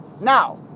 Now